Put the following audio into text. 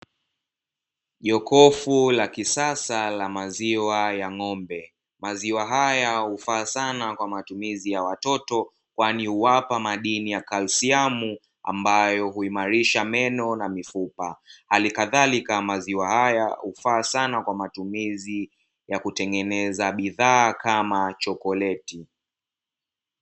Jokofu la kisasa la maziwa ya ng'ombe, maziwa haya hufaa sana kwa matumizi ya watoto kwani huwapa madini ya kalsiamu ambayo huimarisha meno na mifupa, alikadhalika maziwa haya hufaa sana kwa matumizi ya kutengeza bidhaa kama chokoleti.